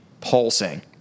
pulsing